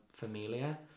Familia